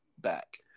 back